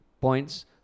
points